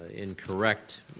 incorrect.